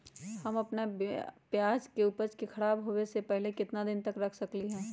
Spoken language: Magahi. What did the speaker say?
हम अपना प्याज के ऊपज के खराब होबे पहले कितना दिन तक रख सकीं ले?